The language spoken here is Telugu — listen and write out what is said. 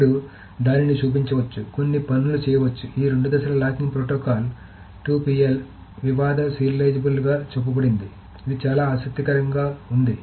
ఇప్పుడు దానిని చూపించవచ్చు కొన్ని పనులు చేయవచ్చు ఈ రెండు దశల లాకింగ్ ప్రోటోకాల్ 2 PL వివాద సీరియలిజాబెల్ గా చూపబడుతుంది ఇది చాలా ఆసక్తికరంగా ఉంది